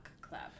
Club